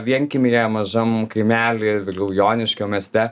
vienkiemyje mažam kaimely vėliau joniškio mieste